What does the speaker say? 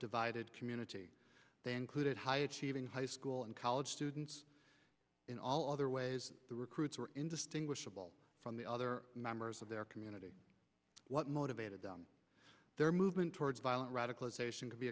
divided community they included high achieving high school and college students in all other ways the recruits were indistinguishable from the other members of their community what motivated them their movement towards violen